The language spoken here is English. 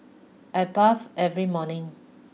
I bathe every morning